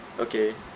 okay